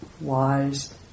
wise